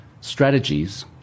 strategies